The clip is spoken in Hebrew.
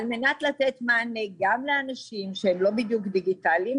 על מנת לתת מענה גם לאנשים שהם לא מאוד דיגיטאליים,